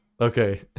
Okay